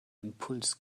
impuls